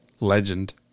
Legend